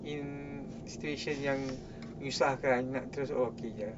in situation yang menyusahkan oh okay nak terus okay jer